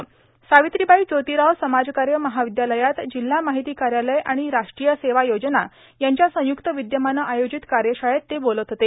सार्ावत्रीबाई जोतीराव समाजकाय मर्हावद्दयालयात जिल्हा मार्हिती कायालय आर्ाण राष्ट्रीय सेवा योजना यांच्या संयुक्त विद्यमानं आयोजित कायशाळेत ते बोलत होते